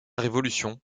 révolution